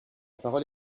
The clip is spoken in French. parole